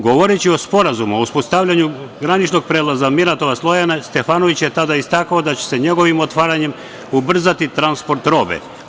Govoreći o Sporazumu o uspostavljanju graničnog prelaza Miratovac – Lojane, Stefanović je tada istakao da će se njegovim otvaranjem ubrzati transport robe.